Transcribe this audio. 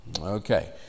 Okay